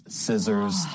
scissors